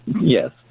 Yes